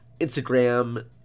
Instagram